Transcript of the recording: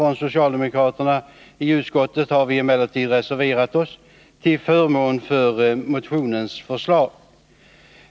Vi socialdemokrater i utskottet har emellertid reserverat oss till förmån för motionens förslag.